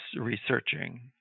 researching